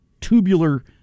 tubular